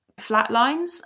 flatlines